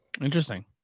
Interesting